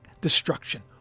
destruction